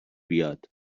بیاد